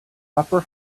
upper